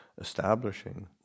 establishing